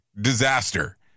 Disaster